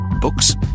books